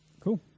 Cool